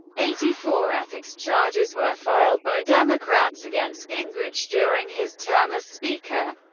eighty-four ethics charges were filed by democrats against gingrich during his term as speaker.